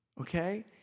Okay